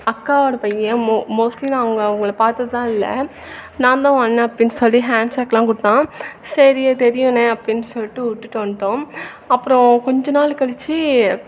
அக்காவோடய பையன் மோ மோஸ்ட்லி நான் அவங்க அவங்கள பார்த்ததுலாம் இல்லை நாந்தான் ஓ அண்ணன் அப்படின்னு சொல்லி ஹேண்ட்ஷேக்லாம் கொடுத்தான் சரி தெரியுண்ணா அப்படின் சொல்லிட்டு விட்டுட்டு வந்துட்டோம் அப்புறோம் கொஞ்சம் நாள் கழித்து